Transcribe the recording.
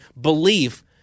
belief